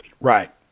right